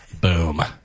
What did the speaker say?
Boom